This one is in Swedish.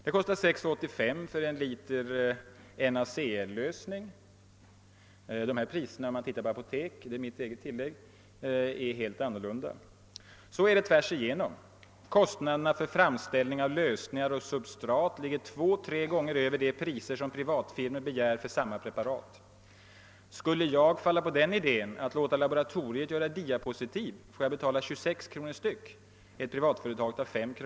Det kostar 6:85 för en liter NaCl-lösning. — Dessa priser är helt annorlunda i apotek; detta är mitt eget tillägg. — Så går det tvärs igenom. Kostnaderna för framställning av lösningar och substrat ligger 2—3 gånger över de priser som privatfirmor begär för samma preparat. Skulle jag falla för den idén, att låta SBL göra diapositiv, får jag betala 26 kr. per styck. Ett privatföretag, skriver han, tar 5 kr.